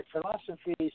philosophies